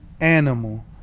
animal